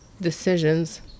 decisions